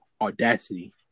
audacity